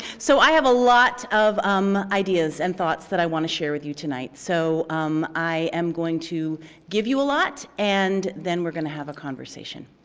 so i have a lot of um ideas and thoughts that i want to share with you tonight. so um i am going to give you a lot, and then we're going to have a conversation.